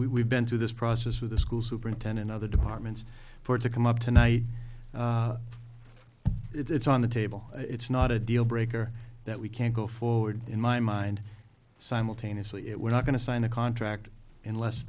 we we've been through this process with the school superintendent other departments for to come up tonight it's on the table it's not a deal breaker that we can't go forward in my mind simultaneously it we're not going to sign the contract unless